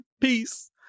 peace